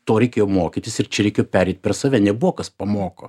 to reikėjo mokytis ir čia reikėjo pereit per save nebuvo kas pamoko